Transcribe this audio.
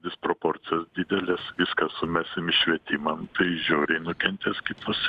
disproporcijos didelės viską sumesim į švietimą nu tai žiauriai nukentės kitos